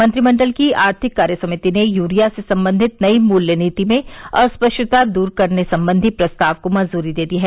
मंत्रिमंडल की आर्थिक कार्य समिति ने यूरिया से संबंधित नई मूल्य नीति में अस्पष्टता दूर करने संबंधी प्रस्ताव को मंजूरी दे दी है